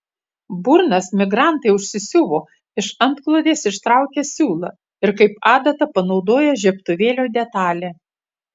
burnas migrantai užsisiuvo iš antklodės ištraukę siūlą ir kaip adatą panaudoję žiebtuvėlio detalę